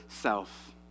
self